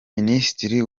minisitiri